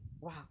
wow